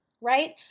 right